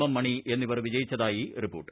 M Mani എന്നിവർ വിജയിച്ചതായി report